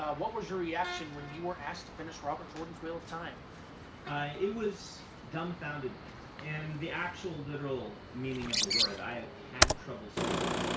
what was your reaction when you were asked to finish robert jordan's wheel of time? brandon it was dumbfoundedment, in the actual, literal meaning of the word. i had trouble speaking.